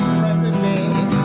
president